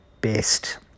best